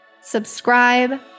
subscribe